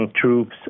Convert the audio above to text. troops